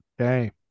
okay